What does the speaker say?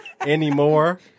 anymore